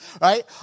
right